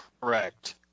Correct